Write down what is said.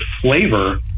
flavor